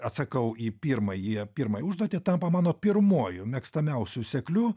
atsakau į pirmąjį pirmąją užduotį tampa mano pirmuoju mėgstamiausiu sekliu